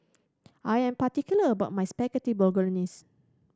I am particular about my Spaghetti Bolognese